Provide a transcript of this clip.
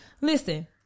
listen